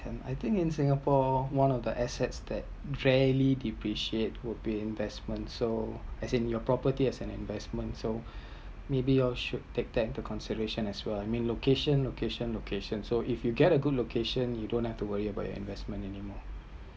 can I think in Singapore one of the assets that rarely depreciate would be investment so as in your property as an investment so maybe y'all should take that into consideration as well I meant location location location so if you get a good location you don’t have to worry about your investment anymore